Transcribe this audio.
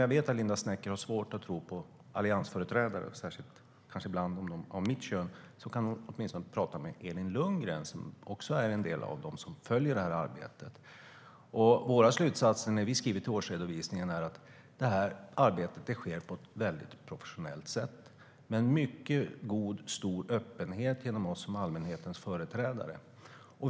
Jag vet att Linda Snecker har svårt att tro på alliansföreträdare, särskilt kanske på dem av mitt kön, men hon kan väl åtminstone tala med Elin Lundgren som är en av dem som följer arbetet. Våra slutsatser, som vi lämnar för årsredovisningen, är att arbetet sker på ett mycket professionellt sätt och med stor öppenhet genom oss som allmänhetens företrädare.